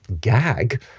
gag